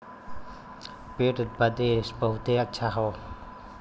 पेट बदे बहुते अच्छा हौ